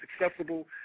accessible